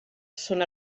són